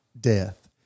death